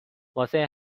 واسه